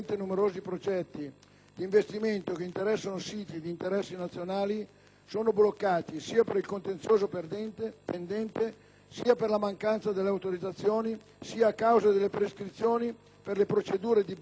di investimento che riguardano siti di interesse nazionale sono bloccati sia per il contenzioso pendente, sia per la mancanza delle autorizzazioni, sia a causa delle prescrizioni per le procedure di bonifica impartite